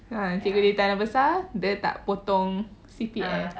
ha cikgu dia tanah besar dia tak potong C_P_F